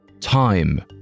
Time